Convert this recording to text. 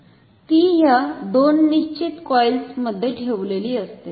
ती ह्या दोन निश्चित कॉइल्स मध्ये ठेवलेली असते